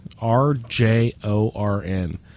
R-J-O-R-N